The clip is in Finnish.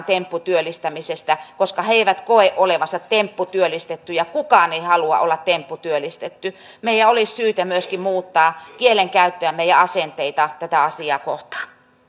tempputyöllistämisestä koska he eivät koe olevansa tempputyöllistettyjä kukaan ei halua olla tempputyöllistetty meidän olisi syytä myöskin muuttaa kielenkäyttöämme ja asenteita tätä asiaa kohtaan